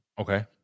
Okay